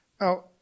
Now